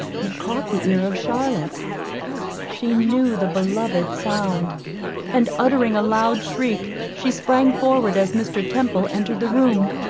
it caught the ear of charlotte she knew the beloved sound and uttering a loud shriek, she sprang forward as mr. temple entered the room.